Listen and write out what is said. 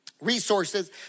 resources